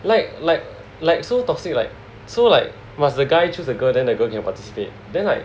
like like like so toxic like so like must the guy choose the girl then the girl can participate then like